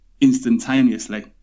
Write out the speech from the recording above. instantaneously